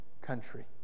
country